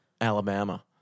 Alabama